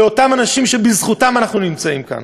לאותם אנשים שבזכותם אנחנו נמצאים כאן.